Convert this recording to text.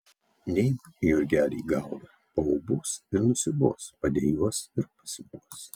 neimk jurgeli į galvą paūbaus ir nusibos padejuos ir pasiguos